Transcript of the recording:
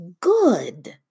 good